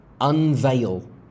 Unveil